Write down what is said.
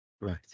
Right